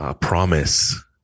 promise